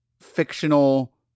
fictional